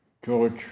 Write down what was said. George